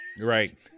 Right